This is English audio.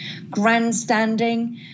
grandstanding